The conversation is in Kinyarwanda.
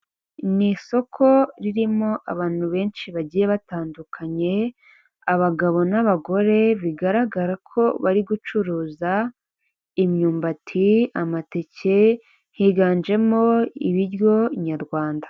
Ni isoko ririmo abantu benshi bagiye batandukanye abagabo n'abagore, bigaragara ko bari gucuruza imyumbati, amateke higanjemo ibiryo nyarwanda.